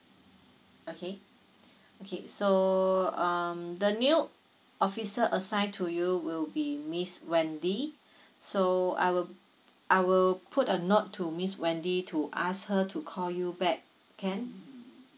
okay okay so um the new officer assigned to you will be miss wendy so I will I will put a note to miss wendy to ask her to call you back can